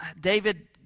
David